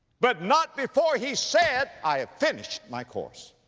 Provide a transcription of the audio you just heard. but not before he said, i have finished my course.